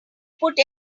put